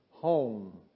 home